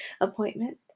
appointment